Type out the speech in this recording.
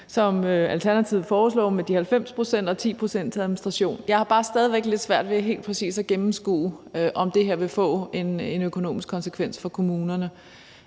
som Alternativet foreslår med de 90 pct. og 10 pct. til administration. Jeg har bare stadig væk lidt svært ved helt præcist at gennemskue, om det her vil få en økonomisk konsekvens for kommunerne.